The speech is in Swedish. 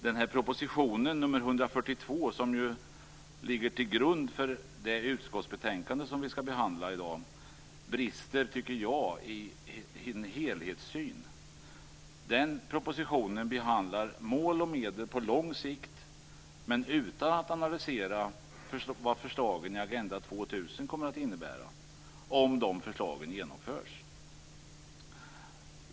Den proposition, nr 142, som ligger till grund för det utskottsbetänkande som vi skall behandla i dag brister, tycker jag, i en helhetssyn. Propositionen behandlar mål och medel på lång sikt, men utan att analysera vad förslagen i Agenda 2000 kommer att innebära, om de genomförs.